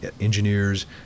engineers